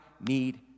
need